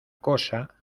cosa